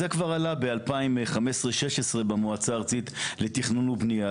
זה עלה ב-2016-2015 במועצה הארצית לתכנון ובנייה.